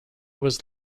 was